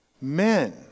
men